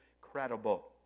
credible